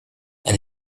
and